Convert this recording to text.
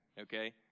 okay